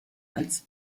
als